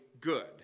good